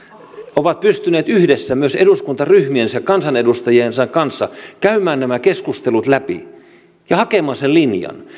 ovat pystyneet yhdessä myös eduskuntaryhmiensä kansanedustajien kanssa käymään nämä keskustelut läpi ja hakemaan sen linjan